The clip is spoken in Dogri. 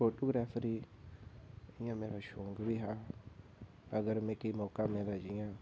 फोटोग्राफी मेरा शौक बी ऐ हा ते इयां अगर मिगी मौका मिलै ते